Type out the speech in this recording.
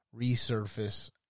resurface